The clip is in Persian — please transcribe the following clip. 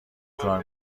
کار